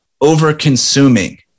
over-consuming